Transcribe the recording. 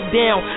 down